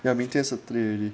yah 明天 saturday already